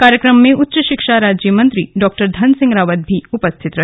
कार्यक्रम में उच्च शिक्षा राज्यमंत्री डॉ धनसिंह रावत भी उपस्थित रहे